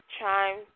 chime